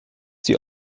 sie